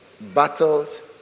Battles